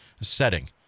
setting